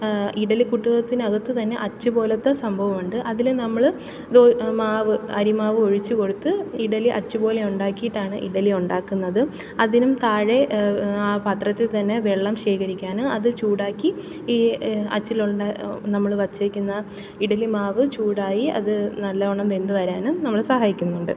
ഇഡ്ഡലി കുട്ടുകത്തിന് അകത്തുതന്നെ അച്ചുപോലത്തെ സംഭവം ഉണ്ട് അതില് നമ്മള് മാവ് അരിമാവ് ഒഴിച്ചുകൊടുത്ത് ഇഡ്ഡലി അച്ചുപോലെ ഉണ്ടാക്കിയിട്ടാണ് ഇഡ്ഡലി ഉണ്ടാക്കുന്നത് അതിനും താഴെ ആ പാത്രത്തിൽത്തന്നെ വെള്ളം ശേഖരിക്കാന് അത് ചൂടാക്കി ഈ അച്ചിലുള്ള നമ്മള് വെച്ചേക്കുന്ന ഇഡ്ഡലിമാവ് ചൂടായി അത് നല്ലവണ്ണം വെന്തുവരാനും നമ്മളെ സഹായിക്കുന്നുണ്ട്